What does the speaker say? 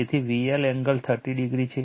તેથી VL angle 30o છે